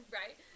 right